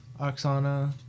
Oksana